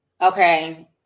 Okay